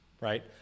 Right